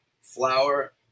flour